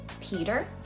Peter